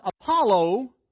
Apollo